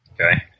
Okay